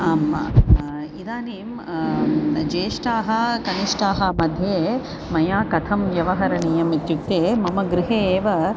आम् इदानीं ज्येष्ठाः कनिष्ठाः मध्ये मया कथं व्यवहरणीयम् इत्युक्ते मम गृहे एव